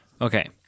Okay